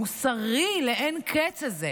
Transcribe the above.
המוסרי לאין-קץ הזה,